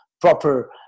proper